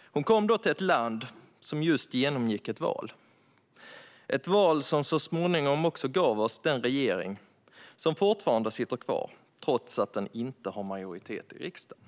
Hon kom då till ett land som just genomgick ett val - ett val som så småningom också gav oss den regering som fortfarande sitter kvar, trots att den inte har majoritet i riksdagen.